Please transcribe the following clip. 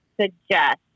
suggest